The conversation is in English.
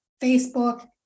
Facebook